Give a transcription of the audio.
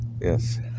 Yes